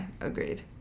Agreed